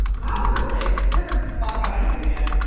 wow, we're like, we haven't fought about anything yet.